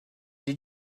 did